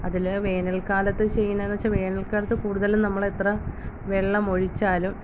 അതിൽ വേനൽക്കാലത്ത് ചെയ്യുന്നതെന്ന് വെച്ചാൽ വേനൽ കാലത്ത് കൂടുതലും നമ്മൾ എത്ര വെള്ളം ഒഴിച്ചാലും